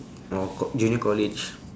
or col~ junior college